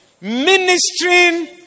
Ministering